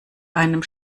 einem